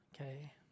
Okay